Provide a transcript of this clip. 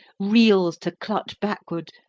reels to clutch backward,